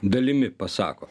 dalimi pasako